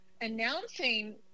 announcing